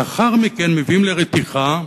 לאחר מכן, מביאים לרתיחה,